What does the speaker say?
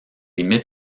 imite